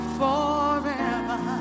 forever